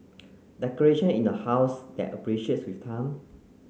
decoration in the house that appreciates with time